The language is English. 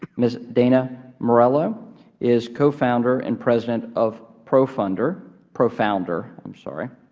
miss dana mauriello is cofounder and president of profunder profounder, i'm sorry.